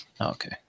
Okay